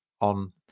on